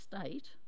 state